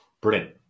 brilliant